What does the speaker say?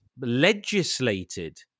legislated